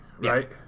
right